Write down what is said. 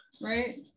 right